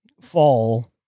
fall